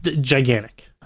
Gigantic